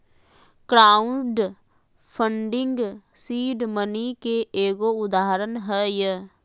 crowd funding seed money के एगो उदाहरण हय